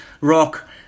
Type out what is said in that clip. rock